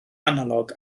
analog